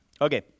Okay